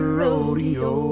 rodeo